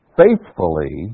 faithfully